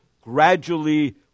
gradually